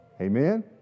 amen